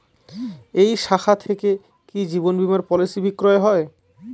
এই শাখা থেকে কি জীবন বীমার পলিসি বিক্রয় হয়?